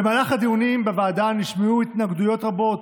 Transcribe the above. במהלך הדיונים בוועדה נשמעו התנגדויות רבות,